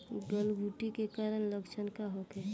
गलघोंटु के कारण लक्षण का होखे?